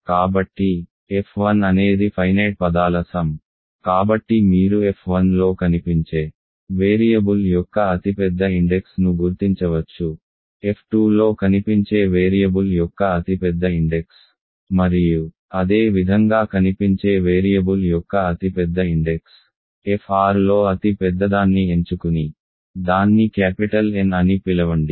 కాబట్టి f1 అనేది finite పదాల సమ్ కాబట్టి మీరు f1లో కనిపించే వేరియబుల్ యొక్క అతిపెద్ద ఇండెక్స్ ను గుర్తించవచ్చు f2లో కనిపించే వేరియబుల్ యొక్క అతిపెద్ద ఇండెక్స్ మరియు అదే విధంగా కనిపించే వేరియబుల్ యొక్క అతిపెద్ద ఇండెక్స్ fr లో అతి పెద్దదాన్ని ఎంచుకుని దాన్ని క్యాపిటల్ N అని పిలవండి